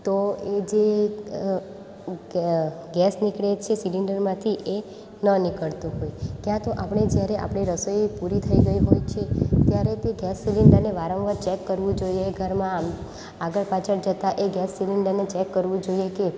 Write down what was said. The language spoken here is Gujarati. તો એ જે તો ગેસ નીકળે છે સિલિન્ડરમાંથી એ ન નીકળતો હોય ક્યાં તો આપણે જ્યારે આપણે રસોઈ પૂરી થઇ ગઈ હોય છે ત્યારે તે ગેસ સિલિન્ડર ને વારંવાર ચેક કરવું જોઈએ ઘરમાં આગળ પાછળ જતાં એ ગેસ સિલેન્ડર ને ચેક કરવું જોઈએ કે